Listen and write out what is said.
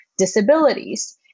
disabilities